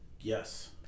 Yes